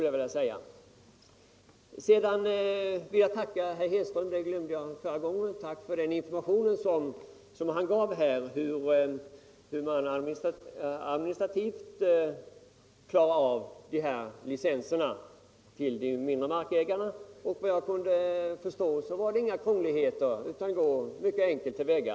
Jag vill också tacka herr Hedström, eftersom jag glömde att göra det förra gången, för den information han gav om hur man i Norrbotten administrativt klarat av att ge de mindre markägarna licens. Efter vad jag kunde förstå var det inga krångligheter, utan man gick mycket enkelt till väga.